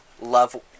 love